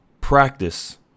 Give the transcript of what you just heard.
practice